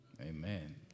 Amen